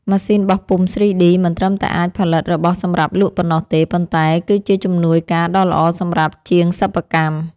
ម៉ាស៊ីនបោះពុម្ព 3D មិនត្រឹមតែអាចផលិតរបស់សម្រាប់លក់ប៉ុណ្ណោះទេ ប៉ុន្តែ គឺ ជាជំនួយការដ៏ល្អសម្រាប់ជាងសិប្បកម្ម។